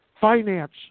finance